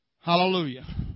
Hallelujah